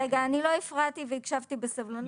אני לא הפרעתי והקשבתי בסבלנות.